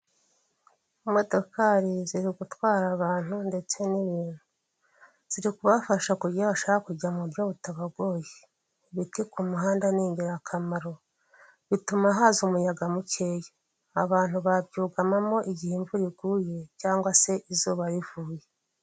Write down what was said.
Imodokari ziri gutwara abantu ndetse n'ibintu ziri kubafasha kujya aho bashaka kujya mu buryo butabagoye, ibiti ku muhanda ni ingirakamaro bituma haza umuyaga mukeya, abantu babyugamamo igihe imvura iguye cyangwa se izuba rivuye.